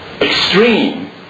extreme